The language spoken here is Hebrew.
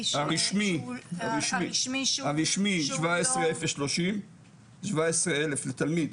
הרשמי 17,030 לתלמיד,